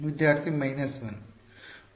ವಿದ್ಯಾರ್ಥಿ ಮೈನಸ್ 1